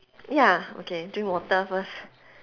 ya okay drink water first